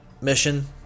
mission